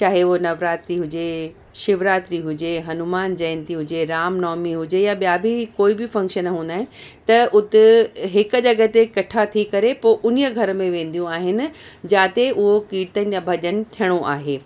चाहे उहा नवरात्री हुजे शिवरात्री हुजे हनुमान जयंती हुजे रामनवमी हुजे या ॿिया बि कोई बि फ़ंक्शन हूंदा आहिनि त हुते हिकु जॻह ते इकट्ठा थी करे पोउ हुन ई घर में वेंदियूं आहिनि जाते उहो कीर्तन या भॼन थिअणो आहे